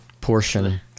portion